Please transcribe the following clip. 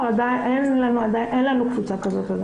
אין לנו קבוצה כזאת עדיין.